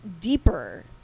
deeper